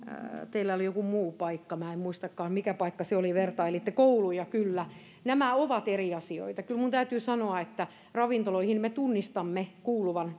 teillä oli joku muu paikka minä en muistakaan mikä paikka se oli ja vertailitte kouluja kyllä nämä ovat eri asioita kyllä minun täytyy sanoa että ravintoloihin me tunnistamme kuuluvan